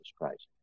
Christ